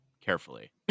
carefully